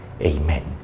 Amen